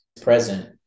present